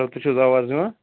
تۄہہِ چھو حظ آواز یوان